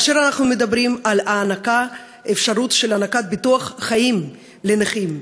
כאשר אנחנו מדברים על אפשרות של הענקת ביטוח חיים לנכים,